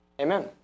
Amen